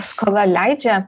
skola leidžia